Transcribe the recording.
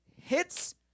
hits